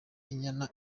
inyana